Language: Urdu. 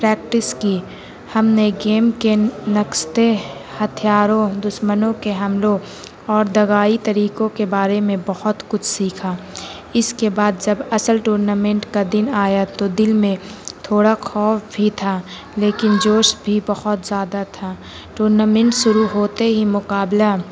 پریکٹس کی ہم نے گیم کے ہتھیاروں دشمنوں کے حملوں اور دگائی طریقوں کے بارے میں بہت کچھ سیکھا اس کے بعد جب اصل ٹورنامنٹ کا دن آیا تو دل میں تھوڑا خوف بھی تھا لیکن جوش بھی بہت زیادہ تھا ٹورنامنٹ شروع ہوتے ہی مقابلہ